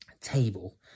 table